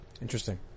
interesting